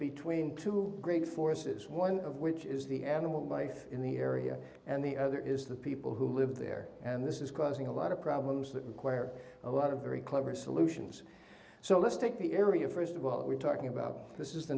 between two great forces one of which is the animal life in the area and the other is the people who live there and this is causing a lot of problems that require a lot of very clever solutions so let's take the area first of all we're talking about this is the